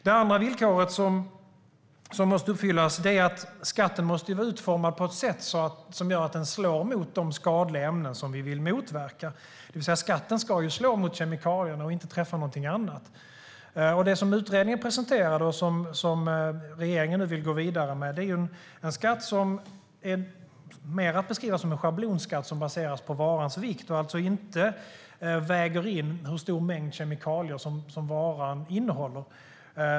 Det andra villkoret som måste uppfyllas är att skatten måste vara utformad på ett sådant sätt att den slår mot de skadliga ämnen som vi vill motverka, det vill säga att skatten ska slå mot kemikalierna och inte träffa någonting annat. Det som utredningen presenterade och som regeringen nu vill gå vidare med är en skatt som är mer att beskriva som en schablonskatt som baseras på varans vikt och att det inte vägs in hur stor mängd kemikalier som varan innehåller.